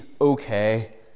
okay